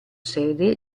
sede